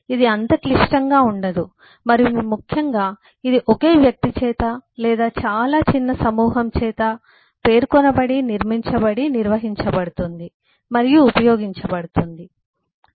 ఇది అంత క్లిష్టంగా ఉండదు మరియు ముఖ్యంగా ఇది ఒకే వ్యక్తి చేత లేదా చాలా చిన్న సమూహం చేత పేర్కొనబడిస్పెసిఫైడ్ నిర్మించబడి నిర్వహించబడుతుంది మెయింటెయిన్ మరియు ఉపయోగించబడుతుంది యూస్డ్